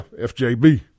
FJB